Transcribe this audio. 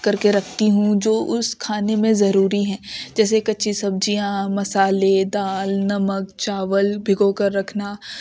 کر کے رکھتی ہوں جو اس کھانے میں ضروری ہیں جیسے کچی سبزیاں مصالحے دال نمک چاول بھگو کر رکھنا